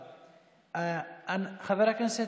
יראו "כשר",